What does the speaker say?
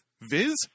Viz